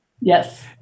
Yes